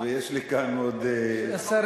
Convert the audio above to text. ויש לי כאן עוד בערך,